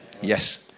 Yes